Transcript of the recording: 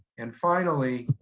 and finally,